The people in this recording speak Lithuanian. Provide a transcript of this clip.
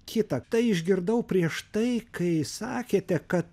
kitą tai išgirdau prieš tai kai sakėte kad